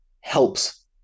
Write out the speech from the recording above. helps